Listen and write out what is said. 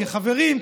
כחברים,